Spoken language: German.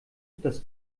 das